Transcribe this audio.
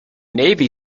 navy